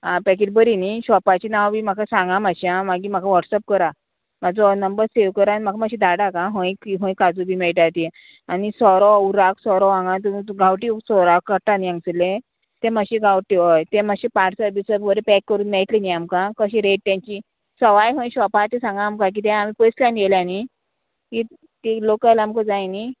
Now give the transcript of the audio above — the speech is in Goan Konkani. आं पॅकेट बरी न्ही शॉपाची नांव बी म्हाका सांगा मातशें आं मागीर म्हाका वॉट्सॅप करा म्हाजो नंबर सेव करा आनी म्हाका मात्शें धाडात हय खंय काजू बी मेळटा ती आनी सोरो उराक सोरो हांगा गांवठी सोरा काडटा न्ही हांगसले तें मातशे गांवठी हय तें मातशे पार्सल बी सगळे बरें पॅक करून मेळटले न्ही आमकां कशी रेट तेंची सवाय खंय शॉपा तें सांगा आमकां किदें आमी पयसल्यान येयलां न्ही कित ती लॉकल आमकां जाय न्ही